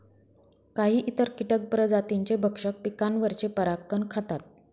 काही इतर कीटक प्रजातींचे भक्षक पिकांवरचे परागकण खातात